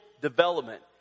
development